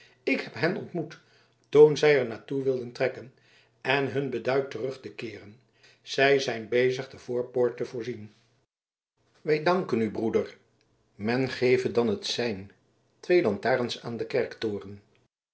ik heb hen ontmoet toen zij er naar toe wilden trekken en hun beduid terug te keeren zij zijn bezig de voorpoort te voorzien wij danken u broeder men geve dan het sein twee lantarens aan den kerktoren